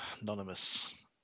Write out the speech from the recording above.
anonymous